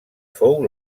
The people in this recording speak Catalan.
fou